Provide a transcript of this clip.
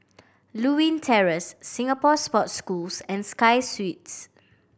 Lewin Terrace Singapore Sports Schools and Sky Suites